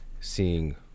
seeing